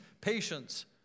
patience